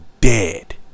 dead